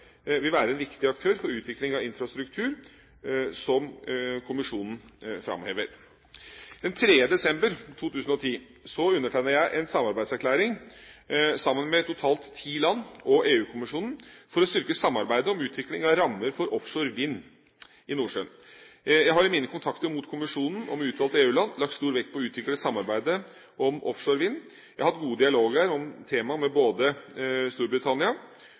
vil være en viktig aktør for utvikling av infrastruktur, som Kommisjonen framhever. Den 3. desember 2010 undertegnet jeg en samarbeidserklæring sammen med totalt ti land og EU-kommisjonen om å styrke samarbeidet om utvikling av rammer for offshore vind i Nordsjøen. Jeg har i mine kontakter mot Kommisjonen og med utvalgte EU-land lagt stor vekt på å utvikle samarbeidet om offshore vind. Jeg har hatt gode dialoger om temaet med både Storbritannia